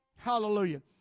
Hallelujah